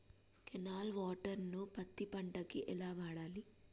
Canal water ను పత్తి పంట కి ఎలా వాడాలి?